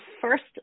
first